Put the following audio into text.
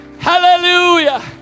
Hallelujah